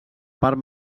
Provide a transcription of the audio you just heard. part